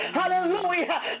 hallelujah